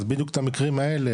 בדיוק את המקרים האלה,